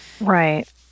Right